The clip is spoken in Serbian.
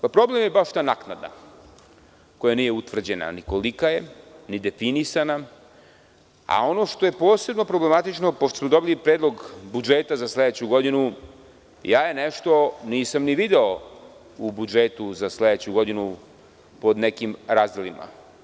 Problem je baš ta naknada koja nije utvrđena ni kolika je, ni definisana, a ono što je posebno problematično, pošto smo dobili Predlog budžeta za sledeću godinu, ja je nešto nisam ni video u budžetu za sledeću godinu pod nekim razdeliima.